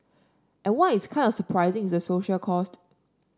and what is kind of surprising is the social cost